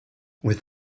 with